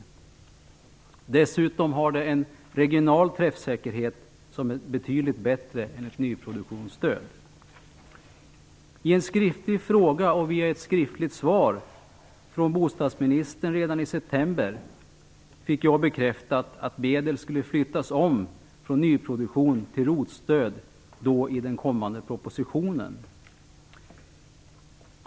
Det har dessutom en betydligt bättre regional träffsäkerhet än ett nyproduktionsstöd. I ett skriftligt svar från bostadsministern på en skriftlig fråga redan i september fick jag bekräftat att medel skulle flyttas om från nyproduktion till ROT stöd i den kommande propositionen.